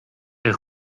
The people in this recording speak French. est